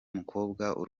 mukobwa